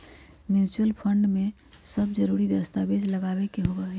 mutual fund में सब जरूरी दस्तावेज लगावे के होबा हई